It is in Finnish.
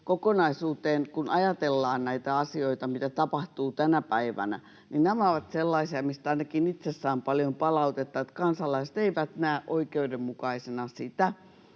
kokonaisuuteen, että kun ajatellaan näitä asioita, mitä tapahtuu tänä päivänä, niin nämä ovat sellaisia, mistä ainakin itse saan paljon palautetta ja mitä kansalaiset eivät näe oikeudenmukaisena: